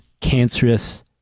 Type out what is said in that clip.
cancerous